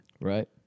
Right